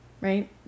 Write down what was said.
right